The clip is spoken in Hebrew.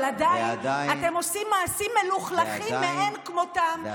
אבל עדיין אתם עושים מעשים מלוכלכים מאין כמותם,